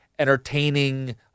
entertaining